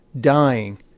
dying